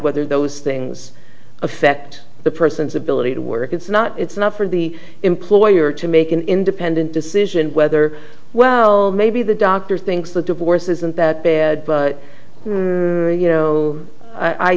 whether those things affect the person's ability to work it's not it's not for the employer to make an independent decision whether well maybe the doctor thinks the divorce isn't that bad but